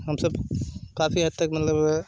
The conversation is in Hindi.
हम सब काफी हद तक मतलब वो है